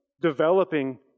developing